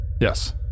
Yes